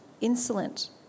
insolent